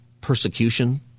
persecution